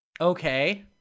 Okay